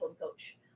coach